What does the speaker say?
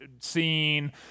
scene